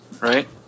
right